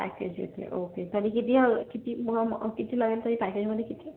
package घेतलं आहे okay तरी किती हवं किती किती लागेल तरी पॅकेजमध्ये किती